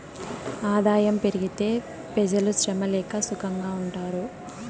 ఆదాయం పెరిగితే పెజలు శ్రమ లేక సుకంగా ఉంటారు